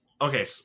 Okay